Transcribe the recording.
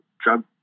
drug